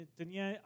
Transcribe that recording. tenía